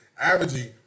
averaging